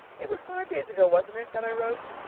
it was five days ago, wasn't it, that i wrote?